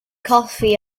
coffee